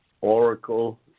oracle